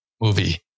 movie